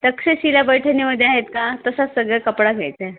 तक्षशिला पैठणीमध्ये आहेत का तसाच सगळा कपडा घ्यायचा आहे